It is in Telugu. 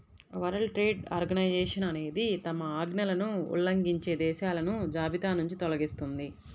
వరల్డ్ ట్రేడ్ ఆర్గనైజేషన్ అనేది తమ ఆజ్ఞలను ఉల్లంఘించే దేశాలను జాబితానుంచి తొలగిస్తుంది